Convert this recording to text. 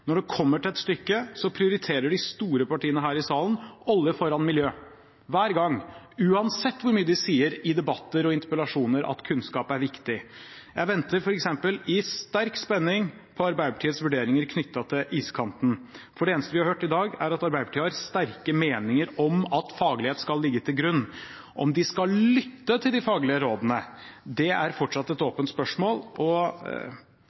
Når det kommer til stykket, prioriterer de store partiene her i salen olje foran miljø – hver gang, uansett hvor mye de sier i debatter og interpellasjoner at kunnskap er viktig. Jeg venter f.eks. i sterk spenning på Arbeiderpartiets vurderinger knyttet til iskanten, for det eneste vi har hørt i dag, er at Arbeiderpartiet har sterke meninger om at faglighet skal ligge til grunn. Om de skal lytte til de faglige rådene, er fortsatt et åpent spørsmål.